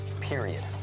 period